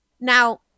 Now